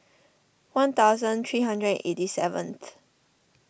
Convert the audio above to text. one thousand three hundred and eighty seventh